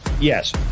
Yes